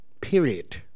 Period